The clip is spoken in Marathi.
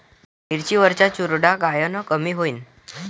मिरची वरचा चुरडा कायनं कमी होईन?